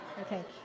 Okay